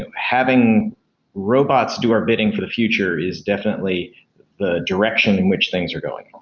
and having robots do our bidding for the future is definitely the direction in which things are going